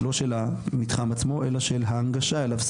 לא של המתחם עצמו, אלא של ההנגשה אליו.